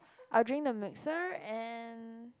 I will drink the mixer and